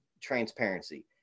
transparency